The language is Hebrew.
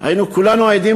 היינו כולנו עדים